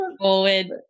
forward